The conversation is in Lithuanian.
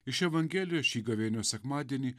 iš evangelijos šį gavėnios sekmadienį